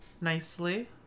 nicely